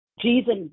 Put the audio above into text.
Jesus